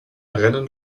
rennen